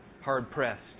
hard-pressed